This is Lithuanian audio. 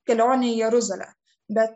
kelionė į jeruzalę bet